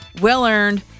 Well-earned